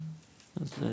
כן, סליחה.